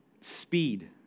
speed